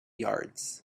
yards